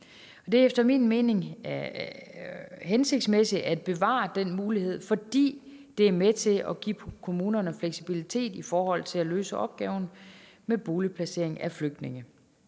det er efter min mening hensigtsmæssigt at bevare den mulighed, fordi det er med til at give kommunerne fleksibilitet i forhold til at løse opgaven med boligplacering af flygtninge.